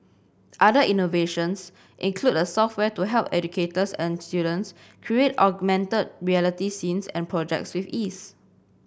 other innovations include a software to help educators and students create augmented reality scenes and projects with ease